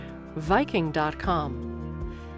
viking.com